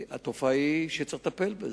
זוהי תופעה שצריך לטפל בה.